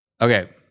Okay